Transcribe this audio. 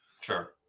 Sure